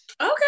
okay